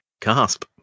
Casp